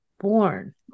born